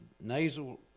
nasal